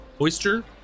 oyster